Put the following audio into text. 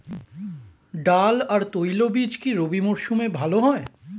ডাল আর তৈলবীজ কি রবি মরশুমে ভালো হয়?